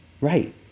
Right